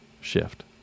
shift